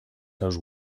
seus